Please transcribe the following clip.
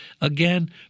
again